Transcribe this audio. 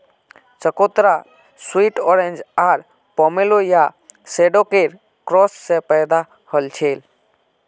चकोतरा sweet orange or pomelo या शैडॉकेर क्रॉस स पैदा हलछेक